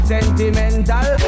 Sentimental